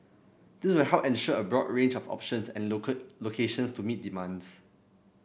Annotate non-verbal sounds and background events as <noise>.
this will help ensure a broad range of options and <unintelligible> locations to meet demand